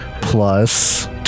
plus